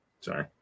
Sorry